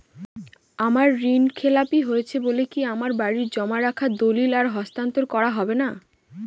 আমার ঋণ খেলাপি হয়েছে বলে কি আমার বাড়ির জমা রাখা দলিল আর হস্তান্তর করা হবে না?